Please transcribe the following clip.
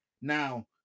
now